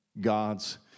God's